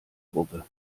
gruppe